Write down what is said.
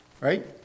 Right